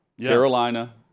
Carolina –